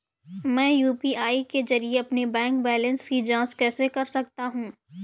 मैं यू.पी.आई के जरिए अपने बैंक बैलेंस की जाँच कैसे कर सकता हूँ?